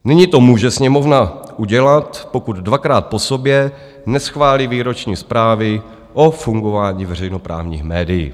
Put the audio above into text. Nyní to může Sněmovna udělat, pokud dvakrát po sobě neschválí výroční zprávy o fungování veřejnoprávních médií.